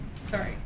Sorry